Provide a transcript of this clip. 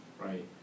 right